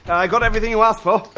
i got everything you asked for.